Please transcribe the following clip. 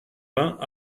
vingts